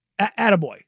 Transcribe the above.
attaboy